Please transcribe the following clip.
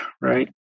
right